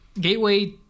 Gateway